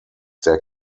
der